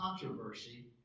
Controversy